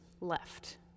left